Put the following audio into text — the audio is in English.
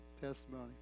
testimony